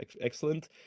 excellent